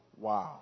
Wow